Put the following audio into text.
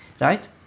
right